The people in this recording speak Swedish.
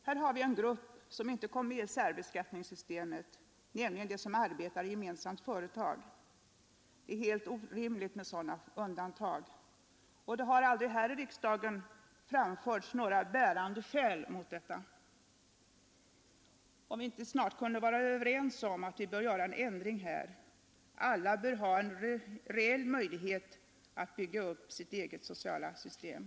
Här har vi en grupp som inte kommit med i särbeskattningssystemet, nämligen de som arbetar i gemensamt företag. Det är helt orimligt med ett sådant undantag, och det har aldrig här i riksdagen framförts några bärande skäl för det. Kan vi inte snart vara överens om att vi bör göra en ändring här? Alla bör ha en reell möjlighet att bygga upp sitt eget sociala trygghetssystem.